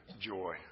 joy